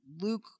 Luke